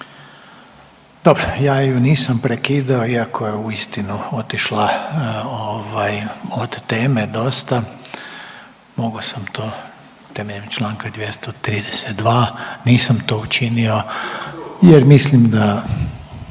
Dobro, ja je nisam prekidao iako je uistinu otišla od teme dosta. Mogao sam to temeljem članka 232. Nisam to učinio, jer mislim da